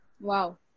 Wow